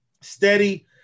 steady